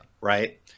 Right